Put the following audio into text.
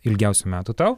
ilgiausių metų tau